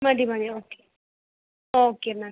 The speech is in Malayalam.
മതി മതി ഓക്കെ ഓക്കെ മാം